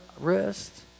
wrist